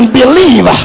believe